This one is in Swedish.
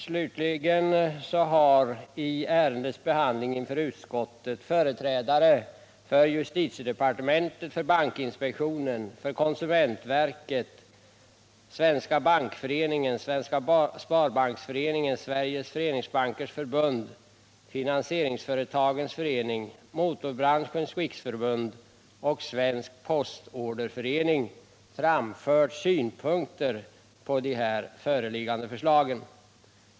Slutligen har vid ärendets behandling inför utskottet företrädare för justitiedepartementet, bankinspektionen, konsumentverket, Svenska bankföreningen, Svenska sparbanksföreningen, Sveriges föreningsbankers förbund, Finansieringsföretagens förening, Motorbranschens riksförbund och Svensk postorderförening framfört synpunkter på de föreliggande förslagen.